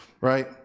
right